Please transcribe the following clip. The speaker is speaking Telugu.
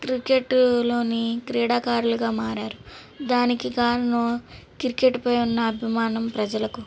క్రికెట్లోని క్రీడాకారులుగా మారారు దానికి కారణం క్రికెట్పై ఉన్న అభిమానం ప్రజలకు